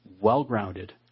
well-grounded